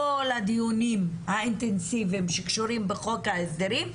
אינטנסיבית בכל הדברים שקשורים לחוק ההסדרים,